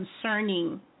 concerning